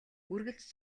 үргэлж